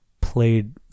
played